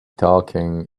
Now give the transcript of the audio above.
talking